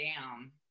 down